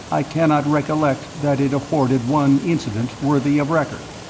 i cannot recollect that it afforded one incident worthy of record.